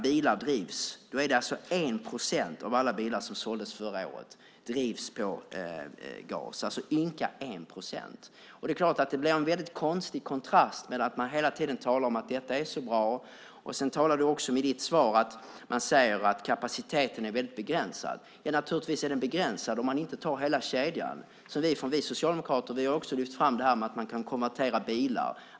Ynka 1 procent av alla bilar som såldes förra året drivs med gas. Det blir en konstig kontrast mellan att hela tiden tala om att detta är så bra och att statsrådet sedan i sitt svar säger att kapaciteten är begränsad. Naturligtvis är den begränsad om man inte tar med hela kedjan. Vi socialdemokrater har lyft fram att det går att konvertera bilar.